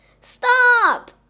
Stop